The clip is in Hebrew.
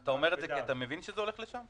אתה אומר את זה כי אתה מבין שזה הולך לשם?